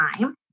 time